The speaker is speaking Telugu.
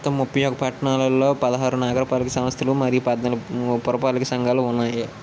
మొత్తం ముప్పై ఒకటి పట్టణాల్లో పదహారు నగరపాలక సంస్థలు మరియు పధ్నాలుగు పురపాలక సంఘాలు ఉన్నాయి